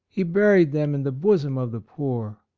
he buried them in the bosom of the poor.